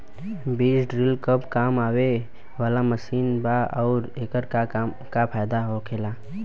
बीज ड्रील कब काम आवे वाला मशीन बा आऊर एकर का फायदा होखेला?